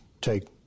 take